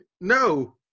No